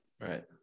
right